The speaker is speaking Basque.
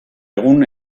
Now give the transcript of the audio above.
egun